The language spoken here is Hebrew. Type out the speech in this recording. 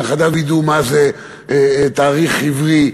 שנכדיו ידעו מה זה תאריך עברי,